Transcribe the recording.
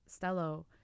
Stello